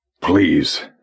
Please